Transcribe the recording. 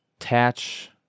attach